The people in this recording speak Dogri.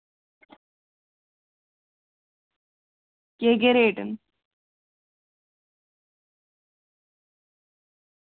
केह् केह् रेट